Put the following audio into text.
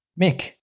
Mick